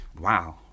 wow